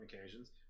occasions